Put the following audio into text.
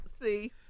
See